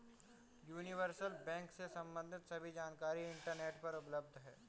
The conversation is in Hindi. यूनिवर्सल बैंक से सम्बंधित सभी जानकारी इंटरनेट पर उपलब्ध है